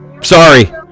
sorry